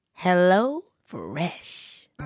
HelloFresh